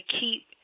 keep